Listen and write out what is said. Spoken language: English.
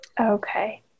okay